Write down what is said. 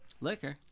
Liquor